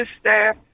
staff